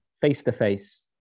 face-to-face